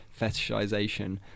fetishization